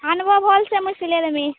ଆନ୍ବ ଭଲ୍ସେ ମୁଇଁ ସିଲେଇ ଦେମି